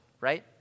right